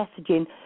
messaging